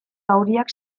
zauriak